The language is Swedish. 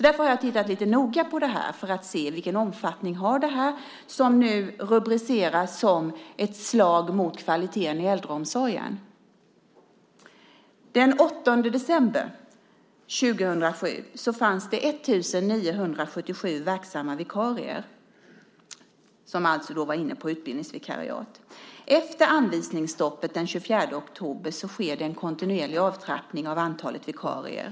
Därför har jag tittat lite noga på detta för att se på omfattningen av det som rubriceras som ett slag mot kvaliteten i äldreomsorgen. Den 8 december 2006 fanns det 1 977 verksamma vikarier med utbildningsvikariat. Efter anvisningsstoppet den 24 oktober sker det en kontinuerlig avtrappning av antalet vikarier.